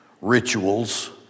rituals